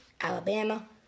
Alabama